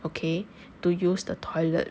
okay to use the toilet